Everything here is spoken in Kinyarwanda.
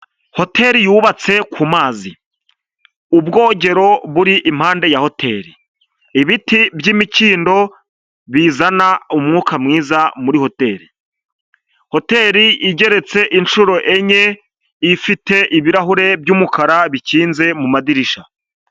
Hoteli yubatse ku mazi, ubwogero buri impande ya hotei, ibiti by'imikindo bizana umwuka mwiza muri hoteli, hoteri igeretse inshuro enye, ifite ibirahure by'umukara bikinze mu madirishya.